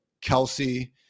Kelsey